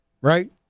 right